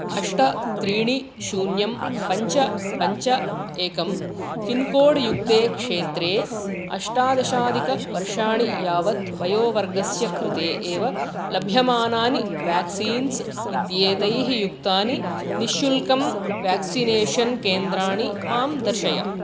अष्ट त्रीणि शून्यं पञ्च पञ्च एकं पिन्कोड् युक्ते क्षेत्रे अष्टादशाधिकवर्षाणि यावत् वयोवर्गस्य कृते एव लभ्यमानानि व्याक्सीन्स् इत्येतैः युक्तानि निःशुल्कानि व्याक्सिनेषन् केन्द्राणि मां दर्शय